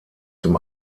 dem